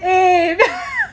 eh